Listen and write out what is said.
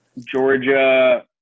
georgia